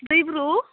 दैब्रु